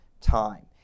time